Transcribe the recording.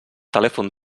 telèfon